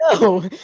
No